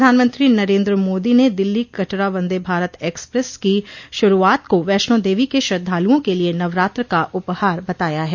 प्रधानमंत्री नरेन्द्र मोदी ने दिल्ली कटरा वंदे भारत एक्सप्रेस की शुरूआत को वैष्णो देवी के श्रद्धालुओं के लिए नवरात्र का उपहार बताया है